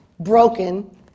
broken